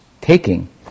taking